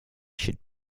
should